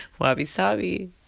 Wabi-sabi